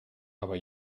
aber